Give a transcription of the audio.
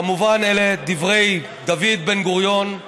כמובן, אלה דברי דוד בן-גוריון,